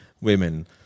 women